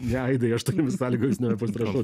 ne aidai aš tokiomis sąlygomis nepasirašau